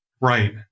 Right